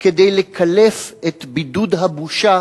כדי לקלף את בידוד הבושה